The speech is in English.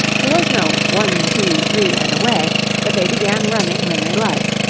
there was no one, two, three, and away but they began running when they liked,